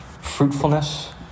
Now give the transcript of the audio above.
fruitfulness